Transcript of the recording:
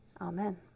Amen